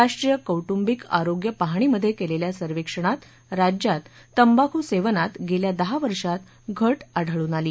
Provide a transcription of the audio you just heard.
राष्ट्रीय कौट्रंबिक आरोग्य पाहणीमध्ये केलेल्या सर्वेक्षणात राज्यात तंबाखू सेवनात गेल्या दहा वर्षात घट आढळून आली